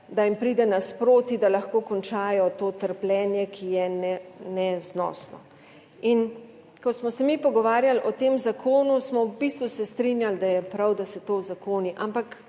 da jim pride nasproti, da lahko končajo to trpljenje, ki je neznosno. In ko smo se mi pogovarjali o tem zakonu, smo v bistvu se strinjali, da je prav, da se to uzakoni,